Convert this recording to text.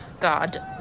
God